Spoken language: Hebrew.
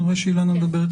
כן.